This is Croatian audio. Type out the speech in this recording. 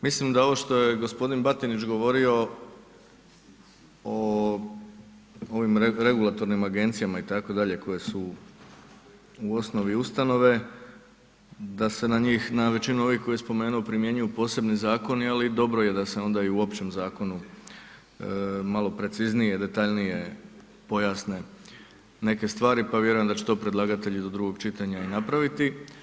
Mislim da ovo što je g. Batinić govorio o ovim regulatornim agencijama itd. koje su u osnovi ustanove, da se na većinu ovih koje je spomenuo primjenjuju posebni zakoni ali dobro je da se onda i u općem zakonu malo preciznije, detaljnije pojasne neke stvari pa vjerujem da će to predlagatelji do drugog čitanja i napraviti.